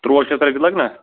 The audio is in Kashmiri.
تُرٛواہ شیٚتھ رۄپیہِ لگنا